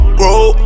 grow